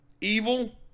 evil